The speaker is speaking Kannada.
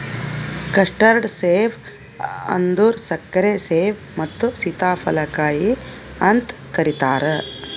ಕಸ್ಟರ್ಡ್ ಸೇಬ ಅಂದುರ್ ಸಕ್ಕರೆ ಸೇಬು ಮತ್ತ ಸೀತಾಫಲ ಕಾಯಿ ಅಂತ್ ಕರಿತಾರ್